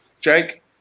Jake